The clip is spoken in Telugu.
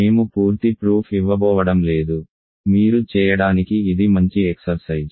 మేము పూర్తి ప్రూఫ్ ఇవ్వబోవడం లేదు మీరు చేయడానికి ఇది మంచి ఎక్సర్సైజ్